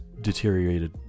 deteriorated